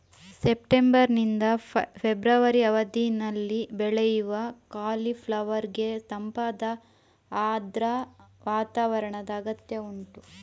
September ನಿಂದ February ಅವಧಿನಲ್ಲಿ ಬೆಳೆಯುವ ಕಾಲಿಫ್ಲವರ್ ಗೆ ತಂಪಾದ ಆರ್ದ್ರ ವಾತಾವರಣದ ಅಗತ್ಯ ಉಂಟು